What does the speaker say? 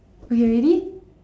okay ready